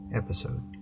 episode